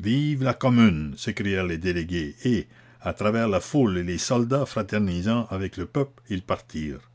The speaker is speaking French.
vive la commune s'écrièrent les délégués et à travers la foule et les soldats fraternisant avec le peuple ils partirent